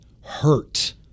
hurt